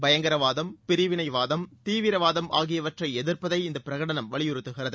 பயங்கரவாதம் பிரிவினைவாதம் தீவிரவாதம் ஆகியவற்றை எதிர்ப்பதை இந்த பிரகடனம் வலியுறுத்துகிறது